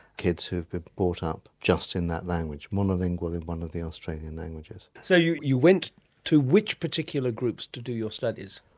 kids who've been brought up just in that language, monolingual in one of the australian languages. so you you went to which particular groups to do your studies?